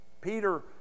Peter